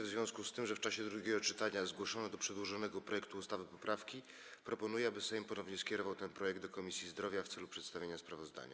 W związku z tym, że w czasie drugiego czytania zgłoszono do przedłożonego projektu ustawy poprawki, proponuję, aby Sejm ponownie skierował ten projekt do Komisji Zdrowia w celu przedstawienia sprawozdania.